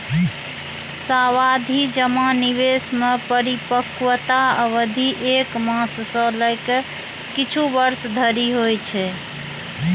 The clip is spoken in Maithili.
सावाधि जमा निवेश मे परिपक्वता अवधि एक मास सं लए के किछु वर्ष धरि होइ छै